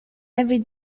every